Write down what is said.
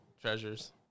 treasures